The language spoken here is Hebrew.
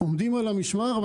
עומדים על המשמר,